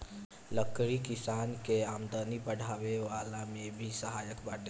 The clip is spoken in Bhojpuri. लकड़ी किसानन के आमदनी बढ़वला में भी सहायक बाटे